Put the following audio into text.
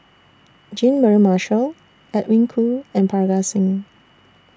Jean Mary Marshall Edwin Koo and Parga Singh